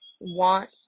want